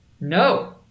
No